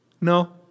No